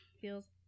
feels